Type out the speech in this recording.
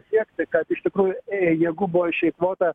siekti kad iš tikrųjų ė jėgų buvo išeikvota